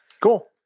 Cool